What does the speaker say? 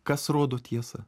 kas rodo tiesą